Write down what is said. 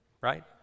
right